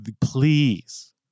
please